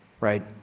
right